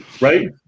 Right